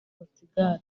portugal